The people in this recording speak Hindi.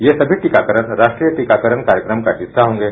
ये सभी टीकाकरण राष्ट्रीय टीकाकरण कार्यक्रम का हिस्सा होंगे